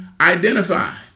identify